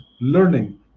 learning